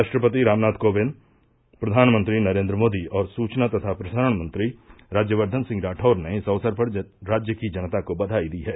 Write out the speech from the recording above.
राष्ट्रपति रामनाथ कोविंद प्रधानमंत्री नरेन्द्र मोदी और सुवना तथा प्रसारण मंत्री राज्यवर्धन सिंह राठौर ने इस अक्सर पर राज्य की जनता को बघाई दी है